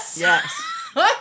Yes